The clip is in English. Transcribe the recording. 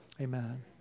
amen